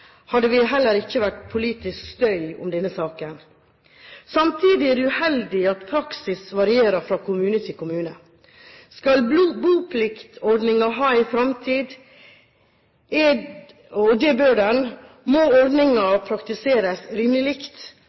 hadde det heller ikke vært politisk støy om denne saken. Samtidig er det uheldig at praksis varierer fra kommune til kommune. Skal bopliktordningen ha en framtid, og det bør den, må ordningen praktiseres rimelig likt,